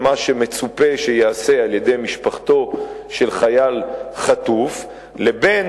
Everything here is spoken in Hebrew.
מה שמצופה שייעשה על-ידי משפחתו של חייל חטוף לבין